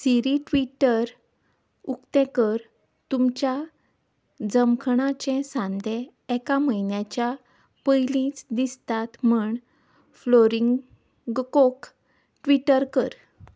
सिरी Twitter उकतें कर तुमच्या जमखणाचे सांदे एका म्हयन्याच्या पयलींच दिसतात म्हण फ्लोरींग गकोक ट्विटर कर